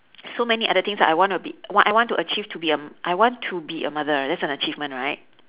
so many other things I want to be I want I want to achieve to be a I want to be a mother that's an achievement right